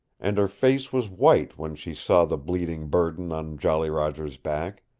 and her face was white when she saw the bleeding burden on jolly roger's back.